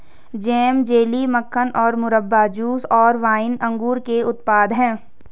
jam, jelly, मक्खन और मुरब्बा, जूस और वाइन अंगूर के उत्पाद हैं